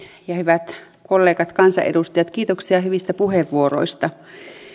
ja hyvät kollegat kansanedustajat kiitoksia hyvistä puheenvuoroista